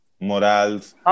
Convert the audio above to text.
morals